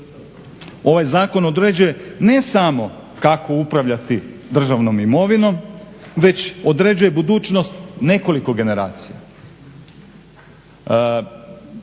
Ovaj zakon određuje ne samo kako upravljati državnom imovinom već određuje i budućnost nekoliko generacija.